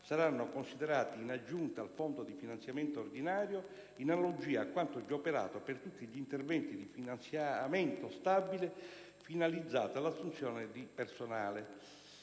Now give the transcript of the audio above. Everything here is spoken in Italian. saranno considerati in aggiunta al Fondo di finanziamento ordinario in analogia a quanto già operato per tutti gli interventi di finanziamento stabile finalizzato all'assunzione di personale.